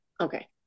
okay